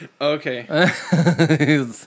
Okay